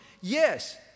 Yes